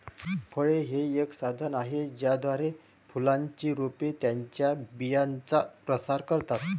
फळे हे एक साधन आहे ज्याद्वारे फुलांची रोपे त्यांच्या बियांचा प्रसार करतात